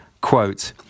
Quote